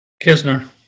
Kisner